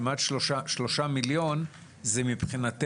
בשם הבן.